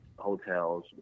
hotels